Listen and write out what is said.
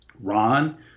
Ron